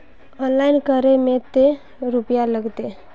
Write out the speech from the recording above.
Online करे में ते रुपया लगते?